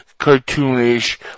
cartoonish